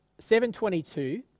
722